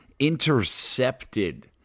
Intercepted